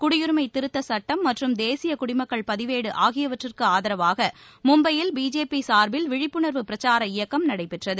குடியுரிமை திருத்தச் சுட்டம் மற்றும் தேசிய குடிமக்கள் பதிவேடு ஆகியவற்றுக்கு ஆதரவாக மும்பையில் பிஜேபி சார்பில் விழிப்புணர்வுப் பிரச்சார இயக்கம் நடைபெற்றது